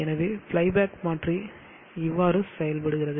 எனவே flyback மாற்றி இவ்வாறு செயல்படுகிறது